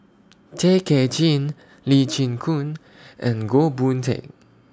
Tay Kay Chin Lee Chin Koon and Goh Boon Teck